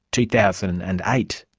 two thousand and and eight.